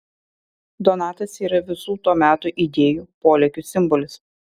donatas yra visų to meto idėjų polėkių simbolis